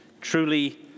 truly